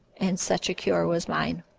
and such a cure was mine.